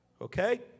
Okay